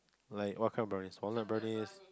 like what kind of brownies walnut brownies